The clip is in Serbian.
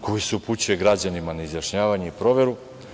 koji se upućuje građanima na izjašnjavanje i proveru.